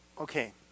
okay